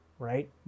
Right